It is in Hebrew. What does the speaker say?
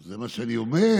זה מה שאני אומר.